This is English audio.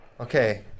Okay